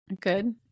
Good